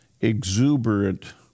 exuberant